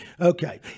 Okay